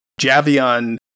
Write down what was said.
Javion